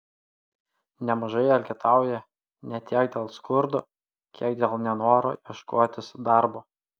nemažai elgetauja ne tiek dėl skurdo kiek dėl nenoro ieškotis darbo